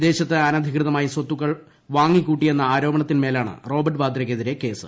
വിദേശത്ത് അനധികൃതമായി സ്വത്തുക്കൾ വാങ്ങിക്കൂട്ടിയെന്ന ആരോപണത്തിൻമേലാണ് റോബർട്ട് വാദ്രയ്ക്കെതിരെ കേസ്